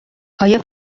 آیا